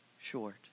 short